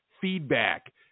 feedback